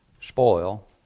spoil